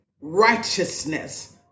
righteousness